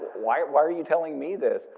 why why are you telling me this?